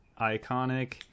iconic